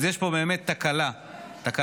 אז יש פה באמת תקלה רצינית